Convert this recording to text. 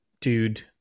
dude